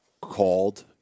called